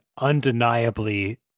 undeniably